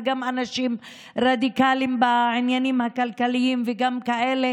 גם אנשים רדיקליים בעניינים הכלכליים וגם כאלה